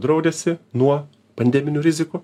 draudėsi nuo pandeminių rizikų